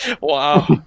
Wow